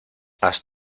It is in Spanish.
has